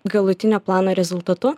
galutinio plano rezultatu